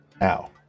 Now